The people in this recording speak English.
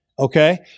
Okay